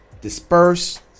Disperse